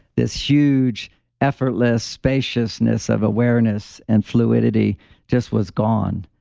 this huge effortless spaciousness of awareness and fluidity just was gone.